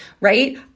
right